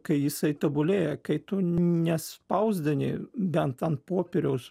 kai jisai tobulėja kai tu nespausdini bent ant popieriaus